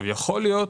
יכול להיות